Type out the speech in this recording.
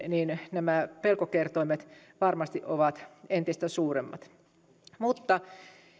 nämä pelkokertoimet varmasti ovat entistä suuremmat mutta